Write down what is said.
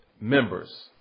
members